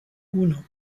uno